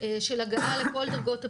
של הגנה על כל דרגות הפיקוד,